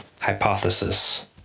hypothesis